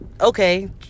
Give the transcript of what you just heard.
okay